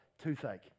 toothache